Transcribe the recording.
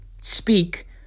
speak